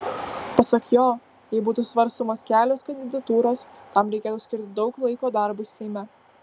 pasak jo jei būtų svarstomos kelios kandidatūros tam reikėtų skirti daug laiko darbui seime